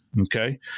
okay